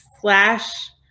slash